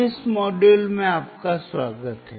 इस मॉड्यूल में आपका स्वागत है